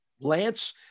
Lance